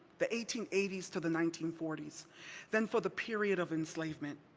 the eighteen eighty s to the nineteen forty s, than for the period of enslavement.